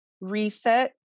reset